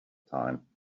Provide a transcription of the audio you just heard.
time